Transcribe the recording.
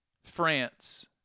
France